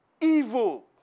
evil